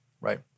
right